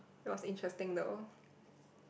it was interesting though